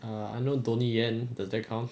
err I know donnie yen does that count